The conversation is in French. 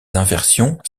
inversions